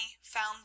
found